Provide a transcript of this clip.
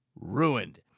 ruined